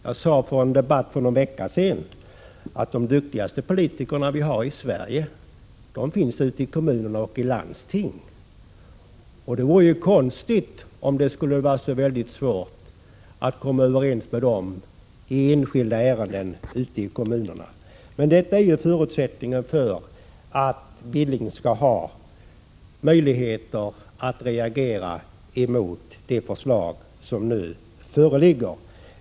Jag sade vid en debatt för en vecka sedan att de duktigaste politikerna i Sverige finns ute i kommuner och landsting. Det vore konstigt om det skulle vara så svårt att komma överens med dem i enskilda ärenden ute i kommunerna som Knut Billing vill göra gällande. Men detta är förutsättningen för att han skall ha möjlighet att reagera mot det förslag som nu föreligger.